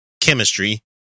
Chemistry